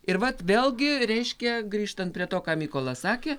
ir vat vėlgi reiškia grįžtant prie to ką mykolas sakė